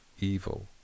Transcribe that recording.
evil